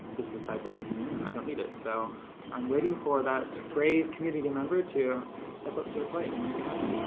this is a side project for me and i don't need it so i'm waiting for that brave community member to step up to the plate and make it happen.